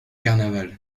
carnaval